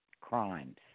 crimes